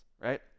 right